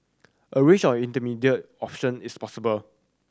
a range of intermediate option is possible